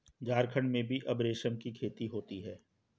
झारखण्ड में भी अब रेशम की खेती होती है